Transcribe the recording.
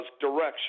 direction